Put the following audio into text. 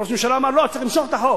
ראש הממשלה אמר: לא, צריך למשוך את החוק.